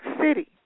City